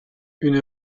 une